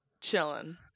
chilling